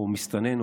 מסתנן,